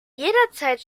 jederzeit